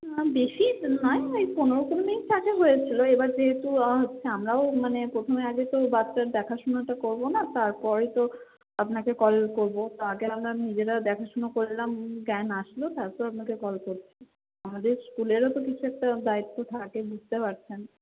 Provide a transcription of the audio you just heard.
না বেশি নয় ওই পনেরো কুড়ি মিনিট আগে হয়েছিলো এবার যেহেতু হচ্ছে আমরাও মানে প্রথমে আগে তো বাচ্চার দেখাশোনাটা করবো না তারপরে তো আপনাকে কল করবো আগে আমরা নিজেরা দেখাশুনো করলাম জ্ঞান আসলো তারপর আপনাকে কল করছি আমাদের স্কুলেরও তো কিছু একটা দায়িত্ব থাকে বুঝতে পারছেন